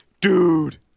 dude